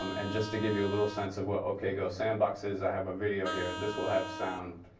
um and just to give you a little sense of what ok go sandbox is, i have a video here. this will have sound,